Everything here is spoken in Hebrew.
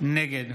נגד